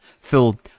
Phil